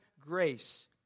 grace